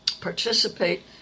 participate